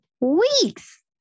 weeks